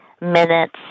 minutes